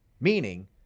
meaning